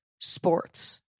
sports